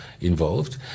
involved